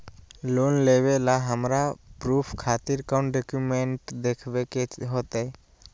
Loan लेबे ला हमरा प्रूफ खातिर कौन डॉक्यूमेंट देखबे के होतई?